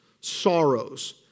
sorrows